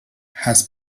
has